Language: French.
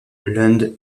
lund